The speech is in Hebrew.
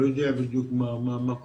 לא יודע בדיוק מה קורה.